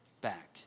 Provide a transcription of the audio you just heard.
back